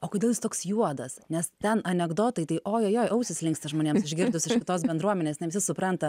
o kodėl jis toks juodas nes ten anekdotai oi oi oi ausys linksta žmonėms išgirdus iš kitos bendruomenės ne visi supranta